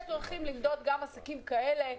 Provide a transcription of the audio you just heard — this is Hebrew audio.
יש דרכים למדוד גם עסקים כאלה,